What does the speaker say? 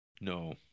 No